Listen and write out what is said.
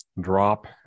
drop